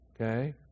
Okay